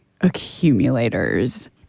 accumulators